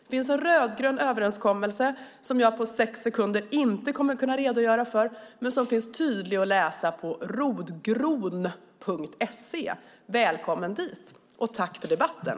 Det finns en rödgrön överenskommelse som jag på sex sekunder inte hinner redogöra för men som finns tydlig att läsa på rodgron.se. Välkommen dit och tack för debatten!